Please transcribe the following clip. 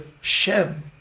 shem